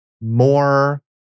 more